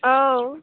औ